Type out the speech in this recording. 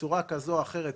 בצורה כזו או אחרת,